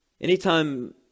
Anytime